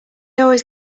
always